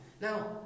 Now